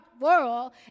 world